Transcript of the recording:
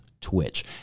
Twitch